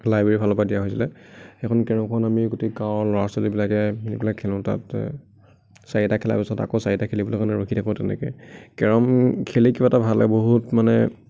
library ফালৰ পৰা দিয়া হৈছিলে সেইখন কেৰমখন আমি গোটেই গাঁৱৰ ল'ৰা ছোৱালীবিলাকে মিলি পেলাই খেলোঁ তাত চাৰিটা খেলা পাছত আকৌ চাৰিটা খেলিবলে কাৰণে ৰখি থাকোঁ তেনেকে কেৰম খেলি কিবা এটা ভাল লাগে বহুত মানে